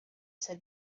said